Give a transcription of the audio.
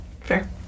Fair